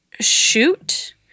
shoot